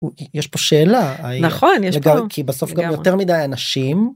יש פה שאלה האם נכון יש פה כי בסוף גם יותר מדי אנשים.